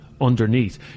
underneath